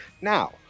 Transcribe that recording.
Now